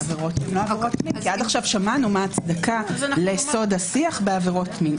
עד כה שמענו מה ההצדקה לסוד השיח בעבירות מין.